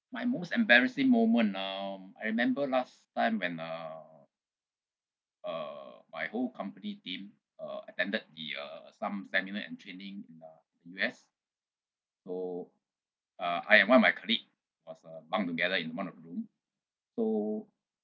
my most embarrassing moment um I remember last time when uh uh my whole company team uh attended the uh some seminar and training in uh U_S so uh I and one of my colleague was uh bunked together in one of the room so